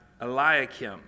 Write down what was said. Eliakim